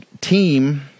team